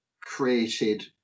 created